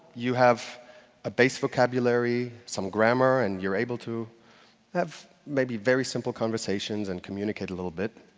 you have a base vocabulary, some grammar, and you're able to have maybe very simple conversations and communicate a little bit.